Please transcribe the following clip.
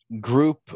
group